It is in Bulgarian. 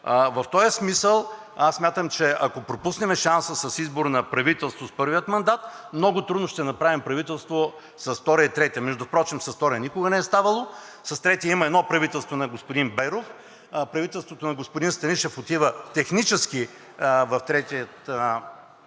В този смисъл аз смятам, че ако пропуснем шанса с избор на правителство с първия мандат, много трудно ще направим правителство с втория и с третия. Впрочем с втория никога не е ставало, с третия има едно правителство – на господин Беров, а правителството на господин Станишев отива технически в третия